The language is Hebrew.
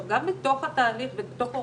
אז צריך לשלם לו.